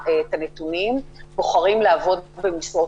המשמעות